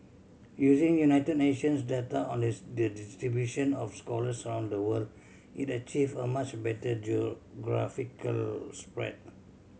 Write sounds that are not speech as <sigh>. using United Nations data on the <unintelligible> distribution of scholars around the world it achieve a much better geographical spread